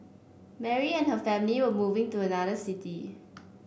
Mary and her family were moving to another city